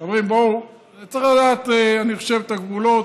צריך לדעת, אני חושב, את הגבולות.